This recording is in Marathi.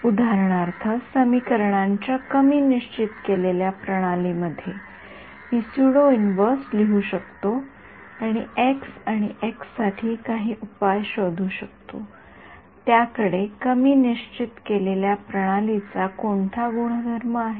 उदाहरणार्थ समीकरणांच्या कमी निश्चित केलेल्या प्रणाली मध्ये मी सुडो इन्व्हर्स लिहू शकतो आणि एक्स आणि एक्स साठी काही उपाय शोधू शकतो त्याकडे कमी निश्चित केलेल्या प्रणालीचा कोणता गुणधर्म आहे